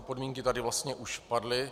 Podmínky tu vlastně už padly.